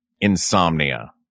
Insomnia